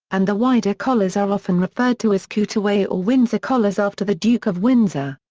and the wider collars are often referred to as cutaway or windsor collars after the duke of windsor.